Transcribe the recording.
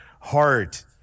heart